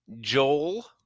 Joel